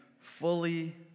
fully